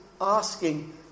asking